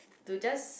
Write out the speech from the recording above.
to just